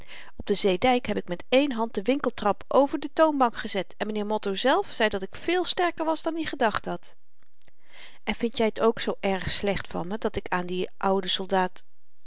op den zeedyk heb ik met één hand den winkeltrap over de toonbank gezet en m'nheer motto zelf zei dat ik veel sterker was dan i gedacht had en vind jy t ook zoo erg slecht van me dat ik aan dien ouden soldaat